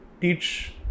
teach